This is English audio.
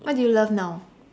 what do you love now